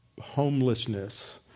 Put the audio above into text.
homelessness